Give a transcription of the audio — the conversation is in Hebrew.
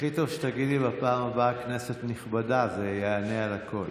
הכי טוב שתגידי בפעם הבאה "כנסת נכבדה" זה יענה על הכול.